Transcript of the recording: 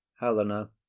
Helena